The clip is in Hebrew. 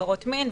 עבירות מין,